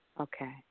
Okay